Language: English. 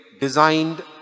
designed